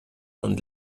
und